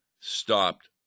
stopped